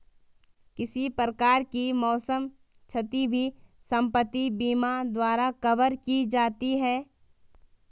किसी प्रकार की मौसम क्षति भी संपत्ति बीमा द्वारा कवर की जाती है